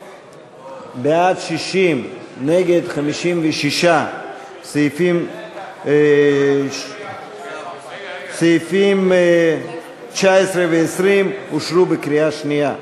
60, נגד, 56. סעיפים 19 ו-20 אושרו בקריאה שנייה.